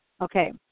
okay